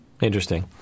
Interesting